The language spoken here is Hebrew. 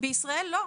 בישראל לא,